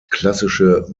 klassische